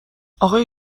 آقای